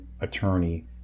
attorney